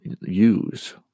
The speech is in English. use